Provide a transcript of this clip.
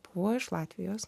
buvo iš latvijos